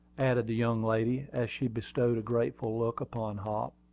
added the young lady, as she bestowed a grateful look upon hop.